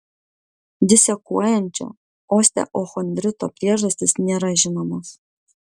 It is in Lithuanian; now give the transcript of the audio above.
disekuojančio osteochondrito priežastys nėra žinomos